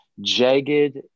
jagged